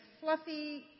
fluffy